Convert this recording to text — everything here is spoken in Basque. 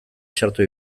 txarto